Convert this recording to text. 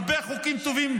קידמנו הרבה חוקים טובים,